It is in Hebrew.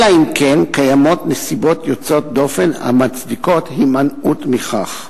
אלא אם כן קיימות נסיבות יוצאות דופן המצדיקות הימנעות מכך.